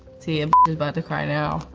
to yeah but cry now.